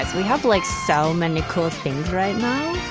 we have like so many cool things right now.